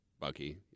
Bucky